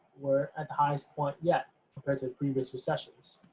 we're at the highest point yet compared to the previous recessions.